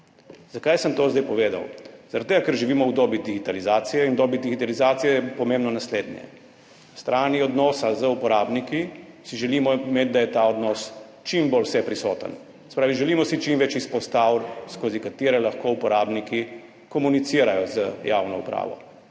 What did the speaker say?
Zakaj sem to zdaj povedal? Zaradi tega, ker živimo v dobi digitalizacije in v dobi digitalizacije je pomembno naslednje. S strani odnosa z uporabniki si želimo, da je ta odnos čim bolj vseprisoten, se pravi, želimo si čim več izpostav, skozi katere lahko uporabniki komunicirajo z javno upravo.